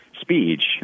speech